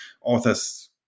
Authors